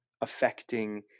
affecting